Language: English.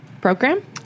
Program